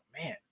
man